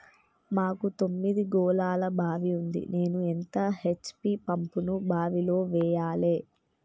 మాకు తొమ్మిది గోళాల బావి ఉంది నేను ఎంత హెచ్.పి పంపును బావిలో వెయ్యాలే?